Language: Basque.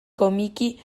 komiki